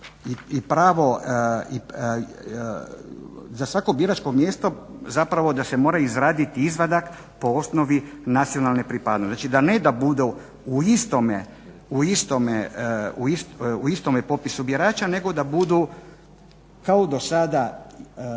i pravo da svako biračko mjesto zapravo da se mora izraditi izvadak po osnovi nacionalne pripadnosti. Znači, ne da budu u istome popisu birača, nego da budu kao do sada